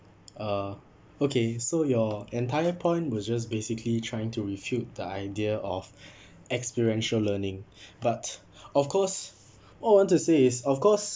uh okay so your entire point was just basically trying to refute the idea of experiential learning but of course what I want to say is of course